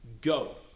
Go